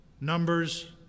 Numbers